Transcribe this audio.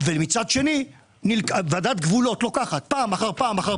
ומצד שני ועדת גבולות לוקחת פעם אחר פעם אחר